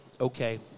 Okay